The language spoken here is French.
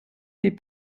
les